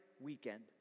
weekend